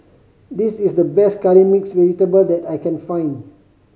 this is the best Curry Mixed Vegetable that I can find